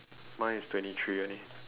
mine is twenty three only